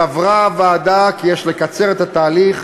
סברה הוועדה כי יש לקצר את התהליך,